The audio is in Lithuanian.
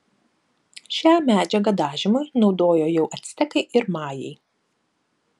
šią medžiagą dažymui naudojo jau actekai ir majai